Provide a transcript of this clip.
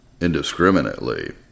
indiscriminately